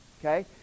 Okay